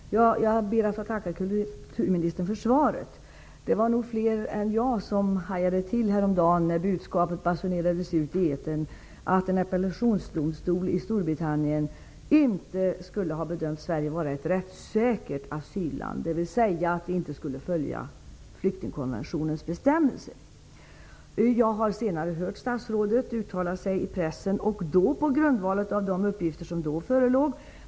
Fru talman! Jag ber att få tacka kulturministern för svaret. Det var nog fler än jag som hajade till häromdagen när budskapet basunerades ut i etern att en appellationsdomstol i Storbritannien inte skulle ha bedömt Sverige vara ett rättssäkert asylland, dvs. att vi inte skulle följa flyktingkonventionens bestämmelser. Jag har senare hört statsrådet uttala sig i pressen på grundval av de uppgifter som då förelåg.